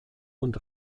und